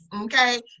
okay